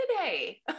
today